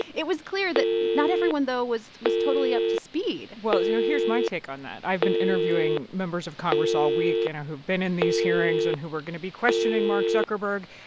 it was clear that not everyone, though, was was totally up to speed well, you know here's my take on that. i've been interviewing members of congress all week, you know, who've been in these hearings and who were going to be questioning mark zuckerberg.